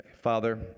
Father